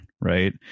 right